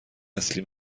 اصلی